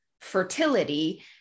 fertility